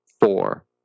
four